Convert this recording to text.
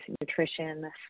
nutrition